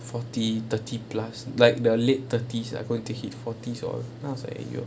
forty thirty plus like the late thirties are going to hit forty or then I was like !aiyo!